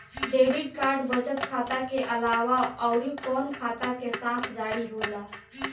Debit card बचत खाता के अलावा अउरकवन खाता के साथ जारी होला?